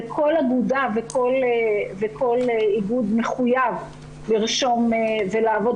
וכל אגודה וכל איגוד מחויב לרשום ולעבוד